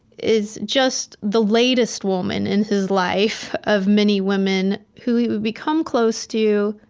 is just the latest woman in his life of many women who would become close to.